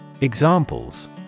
Examples